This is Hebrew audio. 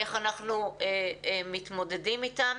איך אנחנו מתמודדים איתם.